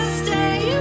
stay